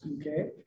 Okay